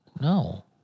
No